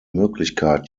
möglichkeit